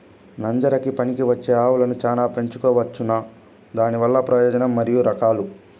నంజరకి పనికివచ్చే ఆవులని చానా పెంచుకోవచ్చునా? దానివల్ల ప్రయోజనం మరియు రకాలు?